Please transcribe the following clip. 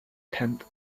tenth